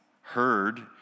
heard